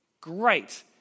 Great